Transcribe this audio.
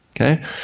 Okay